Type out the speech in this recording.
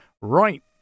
Right